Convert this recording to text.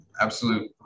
absolute